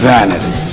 Vanity